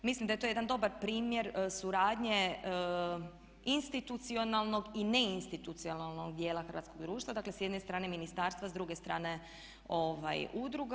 Mislim da je to jedan dobar primjer suradnje institucionalnog i ne institucionalnog dijela hrvatskog društva, dakle s jedne strane ministarstva s druge strane udruga.